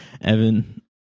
Evan